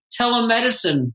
telemedicine